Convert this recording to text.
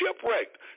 shipwrecked